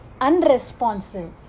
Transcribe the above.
unresponsive